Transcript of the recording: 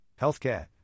healthcare